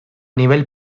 nivel